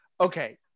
Okay